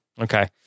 Okay